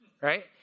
Right